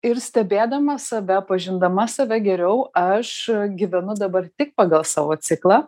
ir stebėdama save pažindama save geriau aš gyvenu dabar tik pagal savo ciklą